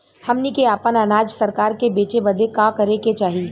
हमनी के आपन अनाज सरकार के बेचे बदे का करे के चाही?